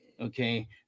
Okay